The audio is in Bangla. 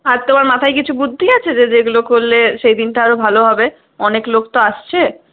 আর তোমার মাথায় কিছু বুদ্ধি আছে যে যেগুলো করলে সেইদিনটা আরও ভালো হবে অনেক লোক তো আসছে